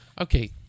okay